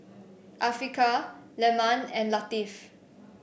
Afiqah Leman and Latif